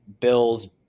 Bills